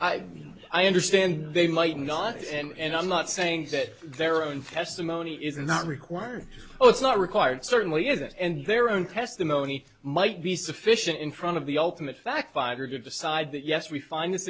mean i understand they might not and i'm not saying that their own testimony is not required oh it's not required certainly isn't and their own testimony might be sufficient in front of the ultimate fact five year to decide that yes we find this